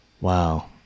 wow